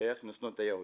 איך לשנוא את היהודים,